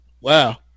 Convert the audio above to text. Wow